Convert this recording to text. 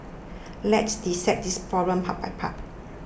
let's dissect this problem part by part